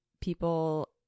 people